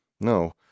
No